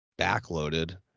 backloaded